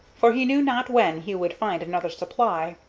for he knew not when he would find another supply.